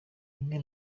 bimwe